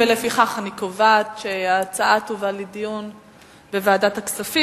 ולפיכך אני קובעת שההצעה תובא לדיון בוועדת הכספים.